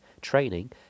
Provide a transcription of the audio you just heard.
training